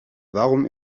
warum